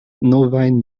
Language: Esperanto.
novajn